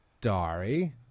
diary